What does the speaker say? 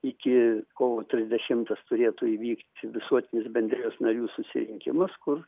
iki kovo trisdešimtos turėtų įvykti visuotinis bendrijos narių susirinkimas kur